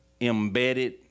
embedded